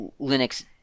Linux